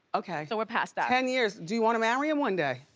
okay. so we're past that. ten years, do you wanna marry him one day?